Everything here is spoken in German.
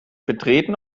betreten